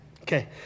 Okay